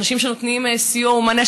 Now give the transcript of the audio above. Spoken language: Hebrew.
אנשים שנותנים סיוע ומענה,